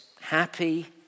happy